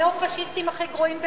לניאו-פאשיסטים הכי גרועים באירופה,